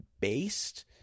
based